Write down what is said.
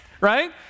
right